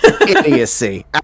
Idiocy